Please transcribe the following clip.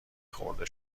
خورد